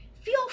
feel